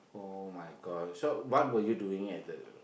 [oh]-my-God so what were you doing at the